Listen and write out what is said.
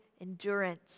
endurance